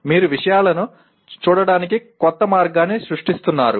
మీరు విషయాలను చూడటానికి కొత్త మార్గాన్ని సృష్టిస్తున్నారు